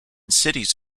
cities